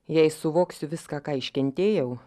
jei suvoksiu viską ką iškentėjau